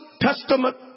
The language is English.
Testament